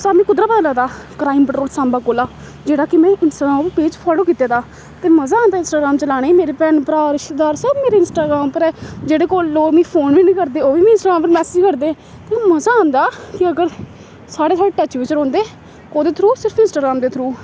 सानूं कुद्धरा पता लगदा क्राइम पट्रोल सांबा कोला जेह्ड़ा कि में इंस्टाग्राम पेज फालो कीते दा ते मजा आंदा इंस्टाग्राम चलाने गी मेरे भैन भ्राऽ रिश्तेदार सब मेरे इंस्टाग्राम उप्पर जेह्ड़े कोल लोक मिगी फोन बी निं करदे ओह् बी मिगी इंस्टाग्राम पर मैसेज करदे मज़ा आंदा कि अगर साढ़े टच बिच्च रौंह्दे कोह्दे थ्रू सिर्फ इंस्टाग्राम दे थ्रू